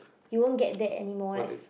you won't get that anymore like f~